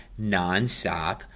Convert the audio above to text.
nonstop